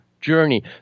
journey